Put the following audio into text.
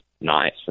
nice